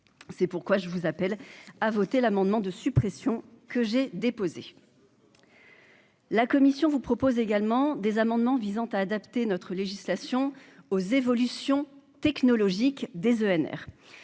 c'est pourquoi je vous appelle à voter l'amendement de suppression que j'ai déposée. La commission vous propose également des amendements visant à adapter notre législation aux évolutions technologiques des ENR